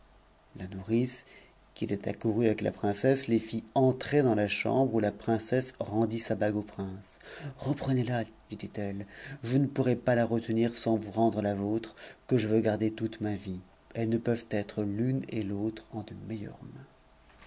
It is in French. la nourrice qui était accourue avec la princesse les mrprdans la chambre où la princesse rendit sa bague au prince teuez ta lui dit-elle je ne pourrais pas la retenir sans vous rendre la vôtre que je veux garder toute ma vie ettes ne peuvent être l'tut l'autre en